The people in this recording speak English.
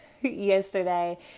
yesterday